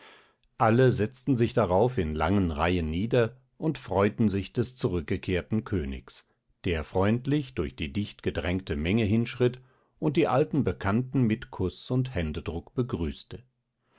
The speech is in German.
alle setzten sich darauf in langen reihen nieder und freuten sich des zurückgekehrten königs der freundlich durch die dichtgedrängte menge hinschritt und die alten bekannten mit kuß und händedruck begrüßte